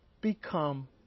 become